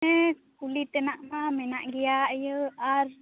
ᱦᱮᱸ ᱠᱩᱞᱤ ᱛᱮᱱᱟᱜ ᱢᱟ ᱢᱮᱱᱟᱜ ᱜᱮᱭᱟ ᱤᱭᱟ ᱟᱨ